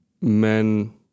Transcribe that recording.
men